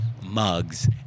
mugs